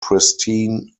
pristine